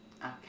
Okay